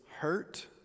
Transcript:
hurt